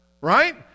right